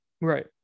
Right